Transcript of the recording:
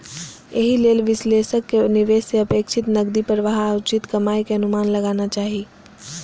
एहि लेल विश्लेषक कें निवेश सं अपेक्षित नकदी प्रवाह आ उचित कमाइ के अनुमान लगाना चाही